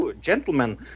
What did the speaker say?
gentlemen